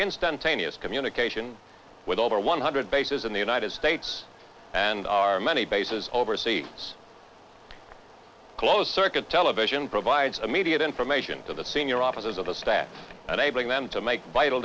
instantaneous communication with over one hundred bases in the united states and our many bases overseas close circuit television provides immediate information to the senior officers of the staff and enabling them to make vital